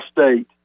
State